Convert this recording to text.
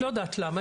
לא יודעת למה,